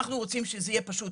אנחנו רוצים שזה יהיה פשוט.